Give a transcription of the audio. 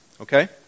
Okay